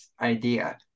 idea